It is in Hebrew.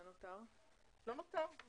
לא נותר.